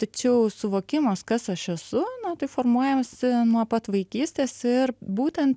tačiau suvokimas kas aš esu na tai formuojasi nuo pat vaikystės ir būtent